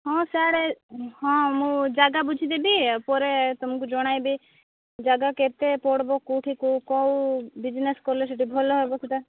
ହଁ ସିଆଡ଼େ ହଁ ମୁଁ ଯାଗା ବୁଝିଦେବି ପରେ ତୁମକୁ ଜଣାଇବି ଯାଗା କେତେ ପଡ଼ିବ କୋଉଁଠି କୋଉଁ କୋଉଁ ବିଜନେସ୍ କଲେ ସେଠି ଭଲ ହେବ ସେଟା